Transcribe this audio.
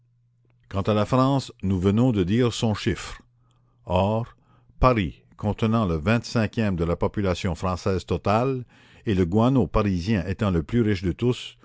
quant à la france nous venons de dire son chiffre or paris contenant le vingt-cinquième de la population française totale et le guano parisien étant le plus riche de tous